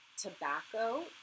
tobacco